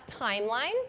timeline